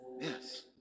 Yes